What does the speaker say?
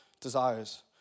desires